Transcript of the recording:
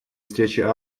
встрече